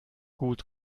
gut